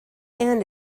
and